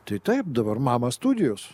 tai taip dabar mama studijos